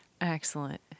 Excellent